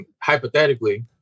hypothetically